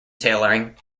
tailoring